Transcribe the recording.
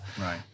Right